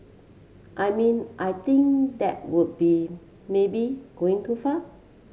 I mean I think that would be maybe going too far